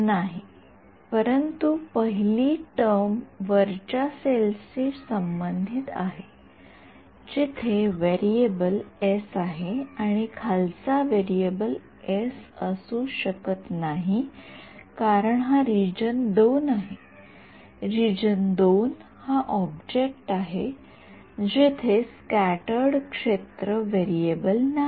विद्यार्थीः नाही परंतु पहिली टर्म वरच्या सेलशी संबंधित आहे जिथे व्हेरिएबल एस आहे आणि खालचा व्हेरिएबल एस असू शकत नाही कारण हा रिजन II आहे रिजन II हा ऑब्जेक्ट आहे जिथे स्क्याटर्ड क्षेत्र व्हेरिएबल नाही